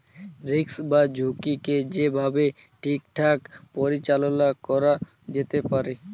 risk বা ঝুঁকিকে যে ভাবে ঠিকঠাক পরিচাললা ক্যরা যেতে পারে